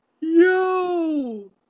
Yo